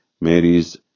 Mary's